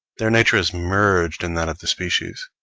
their nature is merged in that of the species,